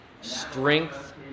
Strength